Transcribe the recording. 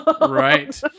right